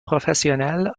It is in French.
professionnelle